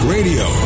Radio